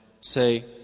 Say